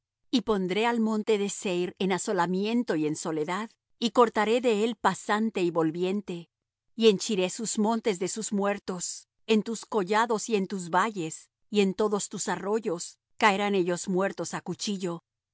y pondré al monte de seir en asolamiento y en soledad y cortaré de él pasante y volviente y henchiré sus montes de sus muertos en tus collados y en tus valles y en todos tus arroyos caerán ellos muertos á cuchillo